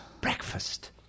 Breakfast